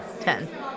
Ten